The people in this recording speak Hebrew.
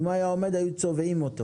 אם הוא היה עומד, היו צובעים אותו.